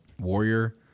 Warrior